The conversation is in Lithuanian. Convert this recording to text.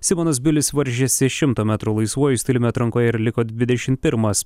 simonas bilis varžėsi šimto metrų laisvuoju stiliumi atrankoje ir liko dvidešim pirmas